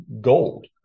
gold